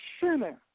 sinner